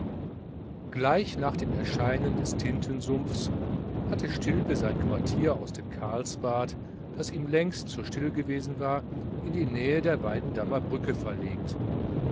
gleich nach dem erscheinen des tintensumpfs hatte stilpe sein quartier aus dem karlsbad das ihm längst zu still gewesen war in die nähe der weidendammer brücke verlegt